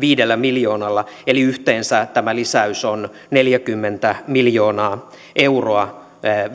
viidellä miljoonalla vuonna kaksituhattayhdeksäntoista eli yhteensä tämä lisäys on neljäkymmentä miljoonaa euroa